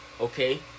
Okay